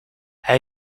hij